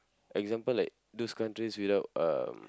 example like those countries without uh